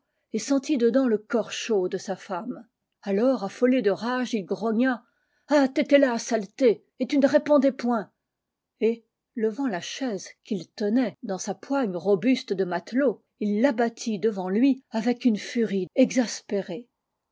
et sentit dedans le corps chaud de sa femme et de la nuit alors affolé de rage il grogna ah t'étais là saleté et tu n répondais point et levant la chaise qu'il tenait dans sa poigne robuste de matelot il l'abattit devant lui avec une furie exaspérée